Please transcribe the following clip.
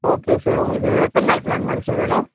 okay sir உங்களுக்கு எத்தனை நாள் பிளான் மாதிரி சார் வேணும்